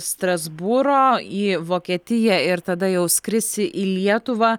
strasbūro į vokietiją ir tada jau skrisi į lietuvą